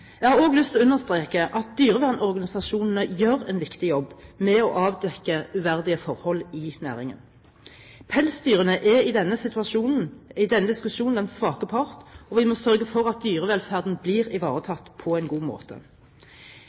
Jeg har også lyst til å understreke at dyrevernorganisasjonene gjør en viktig jobb med å avdekke uverdige forhold i næringen. Pelsdyrene er i denne diskusjonen den svake part, og vi må sørge for at dyrevelferden blir ivaretatt på en god måte.